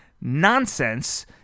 nonsense